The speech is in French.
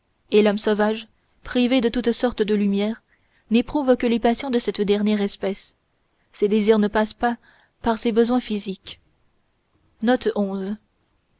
et l'homme sauvage privé de toute sorte de lumières n'éprouve que les passions de cette dernière espèce ses désirs ne passent pas ses besoins physiques